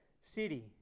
city